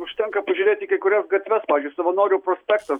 užtenka pažiūrėti į kai kurias gatves pavyzdžiui savanorių prospektas